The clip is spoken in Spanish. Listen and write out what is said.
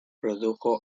produjo